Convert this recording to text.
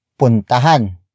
puntahan